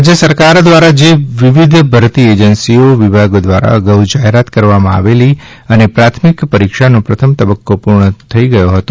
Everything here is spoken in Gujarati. રાજ્ય સરકાર દ્વારા જે વિવિધ ભરતી એજન્સીઓ વિભાગો દ્વારા અગાઉ જાહેરાત આપવામાં આવેલી અને પ્રાથમિક પરિક્ષાનો પ્રથમ તબક્કો પૂર્ણ થઇ ગયો હતો